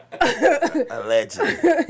Allegedly